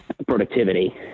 Productivity